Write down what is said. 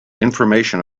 information